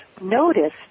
noticed